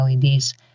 LEDs